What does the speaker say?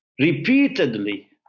repeatedly